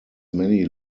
many